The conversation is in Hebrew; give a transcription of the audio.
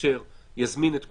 אשר יזמין את כולנו,